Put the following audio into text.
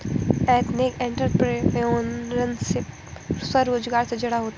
ethnic entrepreneurship स्वरोजगार से जुड़ा होता है